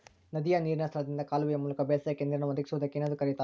ನದಿಯ ನೇರಿನ ಸ್ಥಳದಿಂದ ಕಾಲುವೆಯ ಮೂಲಕ ಬೇಸಾಯಕ್ಕೆ ನೇರನ್ನು ಒದಗಿಸುವುದಕ್ಕೆ ಏನೆಂದು ಕರೆಯುತ್ತಾರೆ?